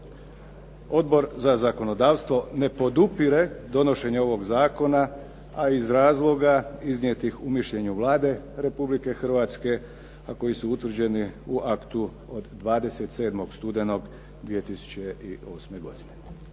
Odbor za zakonodavstvo ne podupire donošenje ovoga zakona a iz razloga iznijetih u mišljenju Vlade Republike Hrvatske a koji su utvrđeni u aktu od 27. studenog 2008. godine.